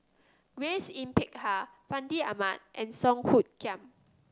Grace Yin Peck Ha Fandi Ahmad and Song Hoot Kiam